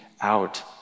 out